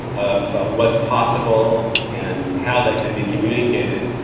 of what's possible and how that can be communicated.